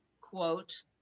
quote